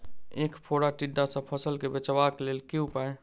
ऐंख फोड़ा टिड्डा सँ फसल केँ बचेबाक लेल केँ उपाय?